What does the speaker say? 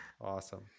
Awesome